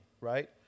right